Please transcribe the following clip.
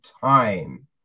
time